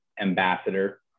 ambassador